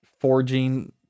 forging